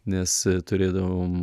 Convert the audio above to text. nes turėdavom